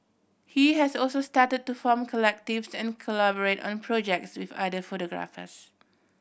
he has also started to form collectives and collaborate on projects with other photographers